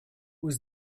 was